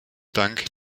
dank